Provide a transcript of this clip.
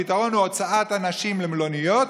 הפתרון הוא הוצאת אנשים למלוניות.